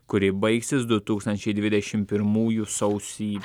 kuri baigsis du tūkstančiai dvidešim pirmųjų sausį